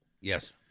Yes